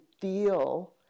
feel